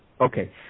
Okay